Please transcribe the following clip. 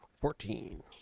Fourteen